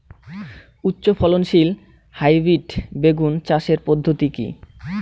উচ্চ ফলনশীল হাইব্রিড বেগুন চাষের পদ্ধতি কী?